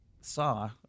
saw